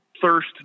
thirst